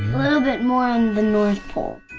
little bit more in the north pole